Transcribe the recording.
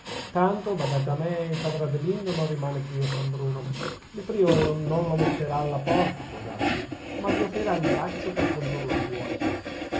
tanto badate a me il padrino adelindo non rimane più a san bruno il priore non lo metterà alla porta può darsi ma gli offrirà il braccio per condurlo fuori